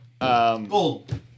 Gold